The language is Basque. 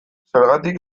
zergatik